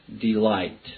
delight